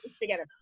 together